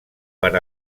per